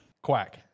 Quack